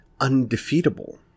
undefeatable